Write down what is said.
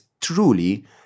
truly